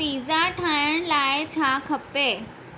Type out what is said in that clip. pizza ठाहिण लाइ छा खपे